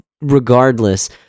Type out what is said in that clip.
Regardless